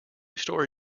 story